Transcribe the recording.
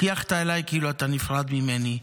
חייכת אליי כאילו אתה נפרד ממני.